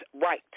right